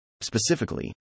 Specifically